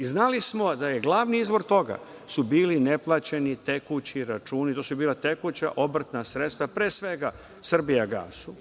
Znali smo da su glavni izvor toga bili neplaćeni tekući računi. To su bila tekuća obrtna sredstva, pre svega, „Srbijagasu“,